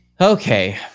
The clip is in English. Okay